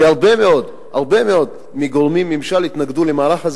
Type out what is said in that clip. והרבה מאוד מגורמי הממשל התנגדו למהלך הזה